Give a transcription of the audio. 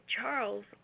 Charles